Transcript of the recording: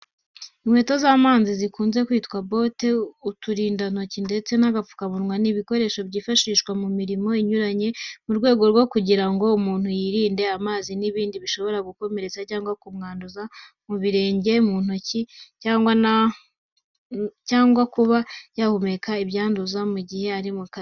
Inkweto z'amazi zikunze kwitwa bote, uturindantoki ndetse n'agapfukamunwa ni ibikoresho byifashishwa mu mirimo inyuranye, mu rwego rwo kugira ngo umuntu yirinde amazi n'ibindi bishobora gukomeretsa cyagwa kumwanduza ku birenge no mu ntoki cyangwa kuba yahumeka ibyanduza, mu gihe ari mu kazi.